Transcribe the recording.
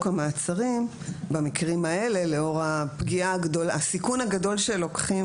המעצרים במקרים האלה לאור הסיכון הגדול שלוקחים,